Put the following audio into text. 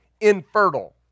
infertile